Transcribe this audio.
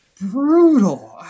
brutal